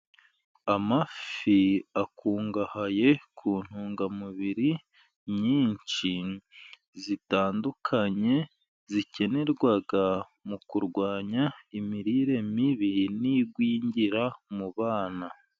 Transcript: Amafi akungahaye ku ntungamubiri nyinshi zitandukanye, zikenerwa mu kurwanya imirire mibi, n'igwingira mu bana.